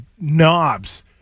knobs